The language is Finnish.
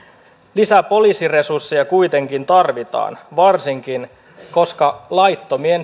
lisää poliisiresursseja kuitenkin tarvitaan varsinkin koska laittomien